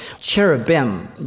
Cherubim